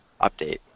update